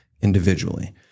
individually